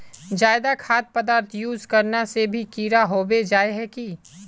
ज्यादा खाद पदार्थ यूज करना से भी कीड़ा होबे जाए है की?